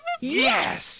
Yes